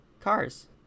Cars